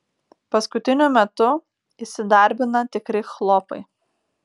paskutiniu metu įsidarbina tikri chlopai